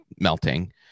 melting